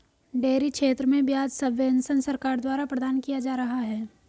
dairy क्षेत्र में ब्याज सब्वेंशन सरकार द्वारा प्रदान किया जा रहा है